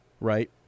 right